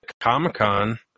Comic-Con